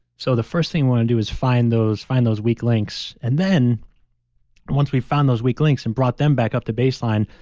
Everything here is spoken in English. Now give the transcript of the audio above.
so the first thing we want to do is find those find those weak links and then once we found those weak links and brought them back up to baseline,